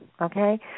Okay